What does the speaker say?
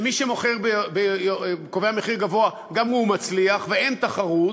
ומי שקובע מחיר גבוה, גם הוא מצליח, ואין תחרות.